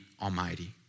Almighty